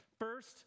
First